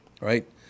right